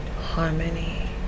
harmony